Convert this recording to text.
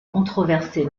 controversé